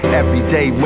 everyday